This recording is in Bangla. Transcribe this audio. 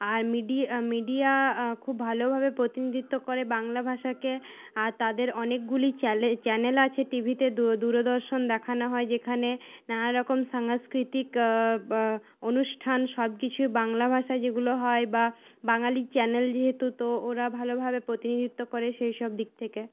আর মিডিয়া মিডিয়া খুব ভালো ভাবে প্রতিনিতত্ব করে বাংলা ভাষাকে আর তাঁদের অনেকগুলি চ্যালেন চ্যানেল আছে টিভিতে দূর দূরদর্শন দেখানো হয় যেখানে নানারকম সাংস্কৃিতিক বা বা অনুষ্ঠান সবকিছুই বাংলা ভাষায় যেগুলো হয় বা বাঙালি চ্যানেল যেহেতু তো ওরা ভালোভাবে প্রতিনিতত্ব করে সেইসব দিক থেকে